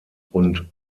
und